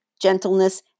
gentleness